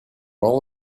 all